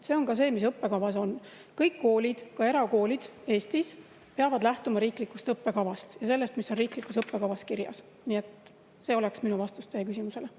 See on ka see, mis õppekavas on. Kõik koolid Eestis, ka erakoolid, peavad lähtuma riiklikust õppekavast ja sellest, mis on riiklikus õppekavas kirjas. Nii et see oleks minu vastus teie küsimusele.